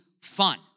fun